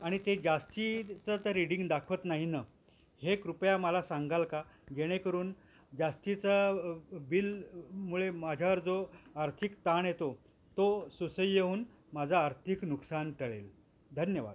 आणि ते जास्तीचं तर रिडिंग दाखवत नाही ना हे कृपया मला सांगाल का जेणेकरून जास्तीचा बिलमुळे माझ्यावर जो आर्थिक ताण येतो तो सुसह्य येऊन माझा आर्थिक नुकसान टळेल धन्यवाद